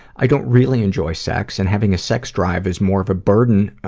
i don't really enjoy sex and having a sex drive is more of a burden, ah,